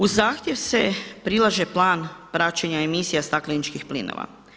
Uz zahtjev se prilaže plan praćenja emisija stakleničkih plinova.